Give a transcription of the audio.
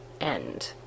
end